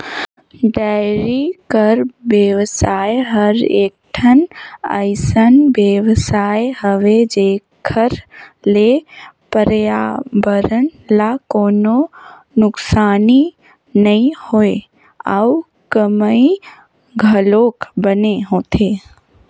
dairy कर बेवसाय हर एकठन अइसन बेवसाय हवे जेखर ले परयाबरन ल कोनों नुकसानी नइ होय अउ कमई घलोक बने होथे